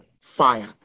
fire